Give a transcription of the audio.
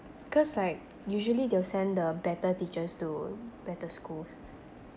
cause like usually they'll send the better teachers to better schools